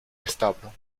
establo